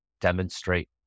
demonstrate